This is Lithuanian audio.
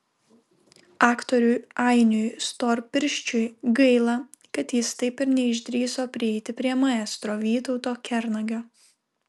aktoriui ainiui storpirščiui gaila kad jis taip ir neišdrįso prieiti prie maestro vytauto kernagio